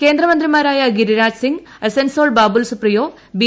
കേന്ദ്രമന്ത്രിമാരായ ഗിരിരാജ് സിംഗ് ബാബുൽസുപ്രിയോ ബി